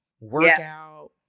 workout